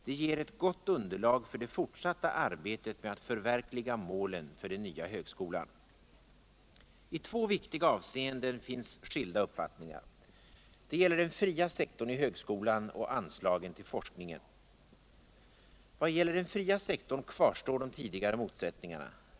Det ger ett gott underlag för dei fortsatta arbetet med att förverkliga mälen för den nya högskolan. I två viktiga avseenden finns skilda uppfattningar. Det gäller den fria sektorn I högskolan och anslagen tll forskningen. Vad gäller den fria sektorn kvarstår de uidigare motsättningarna.